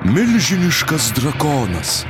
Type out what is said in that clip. milžiniškas drakonas